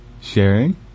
sharing